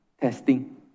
testing